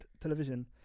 television